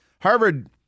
Harvard